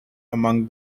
among